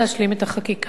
אנו מצדנו,